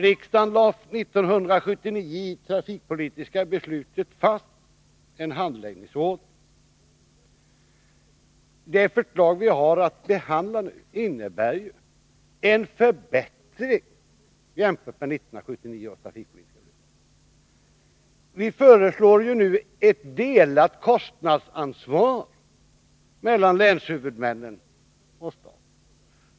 Riksdagen lade i sitt trafikpolitiska beslut 1979 fast en handläggningsordning. Det förslag vi nu har att behandla innebär en förbättring jämfört med 1979 års trafikpolitiska beslut. Vi föreslår nu ett delat kostnadsansvar mellan länshuvudmännen och staten.